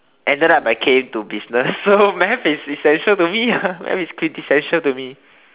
ended up I came to business so math is essential to me math is math is critical to me